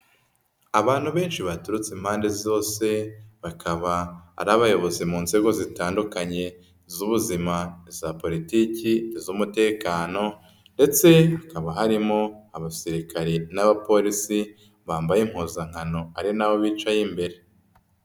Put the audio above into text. Abantu benshi baturutse impande zose bakaba ari abayobozi mu nzego zitandukanye z'ubuzima ,iza politiki, iz'umutekano ndetse hakaba harimo abasirikare n'abapolisi bambaye impuzankano ari na bo bicaye imbere.